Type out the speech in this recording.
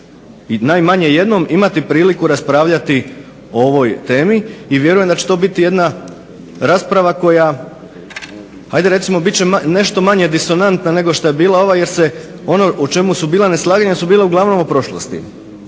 i najmanje jednom imati priliku raspravljati o ovoj temi i vjerujem da će to biti jedna rasprava koja ajde recimo bit će manje disonantna nego što je bila ova, jer se ono u čemu su bila neslaganja su bila uglavnom o prošlosti.